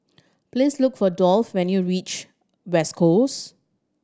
please look for Dolph when you reach West Coast